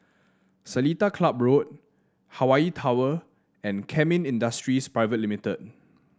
Seletar Club Road Hawaii Tower and Kemin Industries Pte Limited